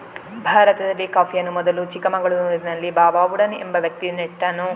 ಭಾರತದಲ್ಲಿ ಕಾಫಿಯನ್ನು ಮೊದಲು ಚಿಕ್ಕಮಗಳೂರಿನಲ್ಲಿ ಬಾಬಾ ಬುಡನ್ ಎಂಬ ವ್ಯಕ್ತಿ ನೆಟ್ಟನು